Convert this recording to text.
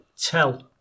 tell